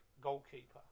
goalkeeper